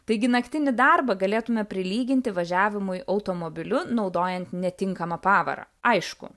taigi naktinį darbą galėtume prilyginti važiavimui automobiliu naudojant netinkamą pavarą aišku